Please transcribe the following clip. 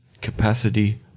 capacity